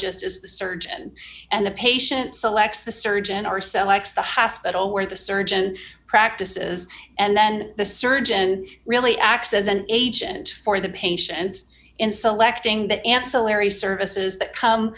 ologist is the surgeon and the patient selects the surgeon are sellouts the hospital where the surgeon practices and then the surgeon really acts as an agent for the patient and in selecting that ancillary services that come